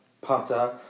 putter